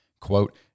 quote